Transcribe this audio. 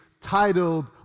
titled